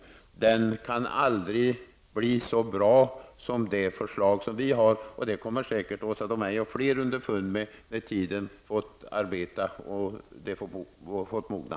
En sådan gräns kan aldrig bli så bra som det förslag som vi har lagt fram. Det kommer säkert Åsa Domeij och fler underfund med när tiden fått arbeta och förslaget fått mogna.